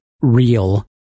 real